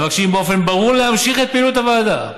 המבקשים באופן ברור להמשיך את פעילות הוועדה.